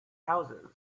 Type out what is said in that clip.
houses